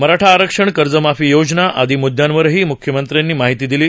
मराठा आरक्षण कर्जमाफी योजना आदी मुद्यांवरही मुख्यमंत्र्यांनी माहिती दिली